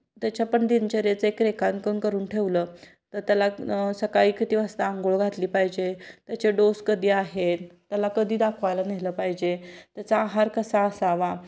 त्याच्या पण दिनचर्येचे एक रेखांकन करून ठेवलं तर त्याला न सकाळी किती वाजता आंघोळ घातली पाहिजे त्याचे डोस कधी आहेत त्याला कधी दाखवायला नेलं पाहिजे त्याचा आहार कसा असावा